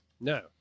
No